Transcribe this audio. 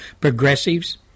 progressives